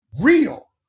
real